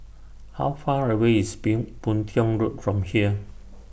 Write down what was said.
How Far away IS Boon Tiong Road from here